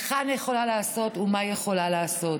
היכן יכולה לעשות ומה היא יכולה לעשות.